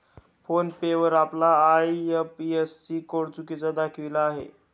phone पे वर आपला IFSC code चुकीचा दाखविला आहे